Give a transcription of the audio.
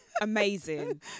Amazing